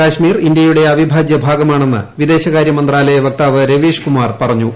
കശ്മീർ ഇന്ത്യയുടെ അവിഭാജ്യഭാഗമാണെന്ന് വിദേകാര്യമന്ത്രാലയ വക്താവ് രവീഷ് കുമാർ പറഞ്ഞു